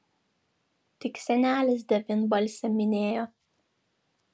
tik senelis devynbalsę minėjo